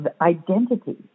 identity